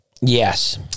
Yes